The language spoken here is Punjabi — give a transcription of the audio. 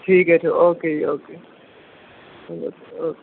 ਠੀਕ ਹੈ ਜੀ ਓਕੇ ਜੀ ਓਕੇ ਓਕੇ ਓਕੇ